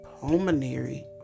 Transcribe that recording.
pulmonary